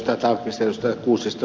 tallqvist ja ed